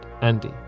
Andy